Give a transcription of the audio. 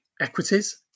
equities